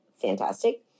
fantastic